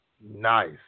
Nice